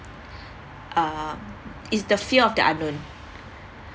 uh it's the fear of the unknown